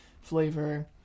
flavor